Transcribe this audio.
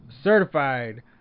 certified